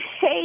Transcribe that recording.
Hey